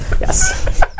Yes